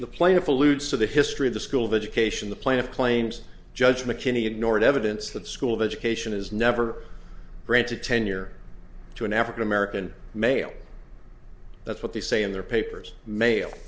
the plaintiff alludes to the history of the school of education the plan of claims judge mckinney ignored evidence that the school of education is never granted tenure to an african american male that's what they say in their papers ma